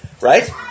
right